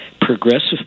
progressive